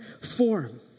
form